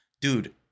Dude